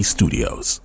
Studios